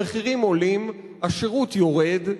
המחירים עולים, השירות יורד.